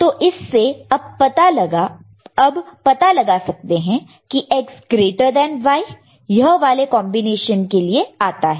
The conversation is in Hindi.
तो इससे अब पता लगा सकते हैं की X ग्रेटर देन Y यह वाले कंबीनेशन के लिए आता है